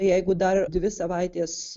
jeigu dar dvi savaites